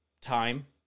Time